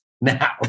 now